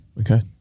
okay